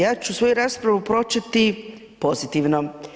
Ja ću svoju raspravu početi pozitivno.